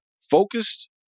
focused